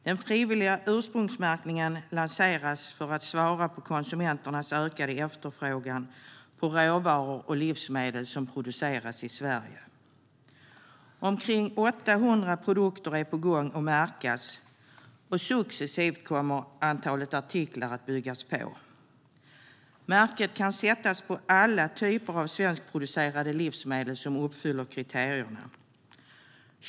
Den frivilliga ursprungsmärkningen lanseras för att svara på konsumenternas ökade efterfrågan på råvaror och livsmedel som produceras i Sverige. Omkring 800 produkter är på gång att märkas, och successivt kommer antalet artiklar att byggas på. Märket kan sättas på alla typer av svenskproducerade livsmedel som uppfyller kriterierna.